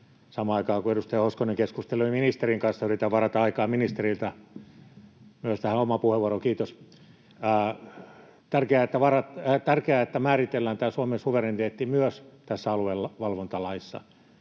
Samaan aikaan, kun edustaja Hoskonen keskustee ministerin kanssa, yritän varata aikaa ministeriltä myös tähän omaan puheenvuorooni. — Kiitos. On tärkeää, että määritellään Suomen suvereniteetti myös tässä aluevalvontalaissa.